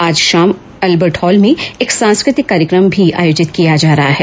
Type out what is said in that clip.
आज शाम Albert Hall में एक सांस्कृतिक कार्यक्रम भी आयोजित किया जा रहा है